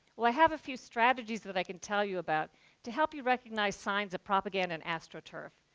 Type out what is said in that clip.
i have a few strategies that i can tell you about to help you recognize signs of propaganda and astroturf.